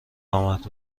آمد